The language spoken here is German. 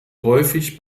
häufig